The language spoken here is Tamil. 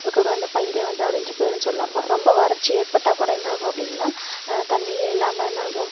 அதுக்கப்புறம் வந்து பயிரே வந்து அழிஞ்சி போயிடும்னு சொல்லலாம் வ ரொம்ப வறட்சி ஏற்பட்டால் கூட என்னாகும் அப்படின்னா தண்ணியே இல்லாமல் என்னாகும்